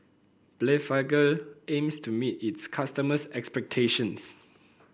blephagel aims to meet its customers' expectations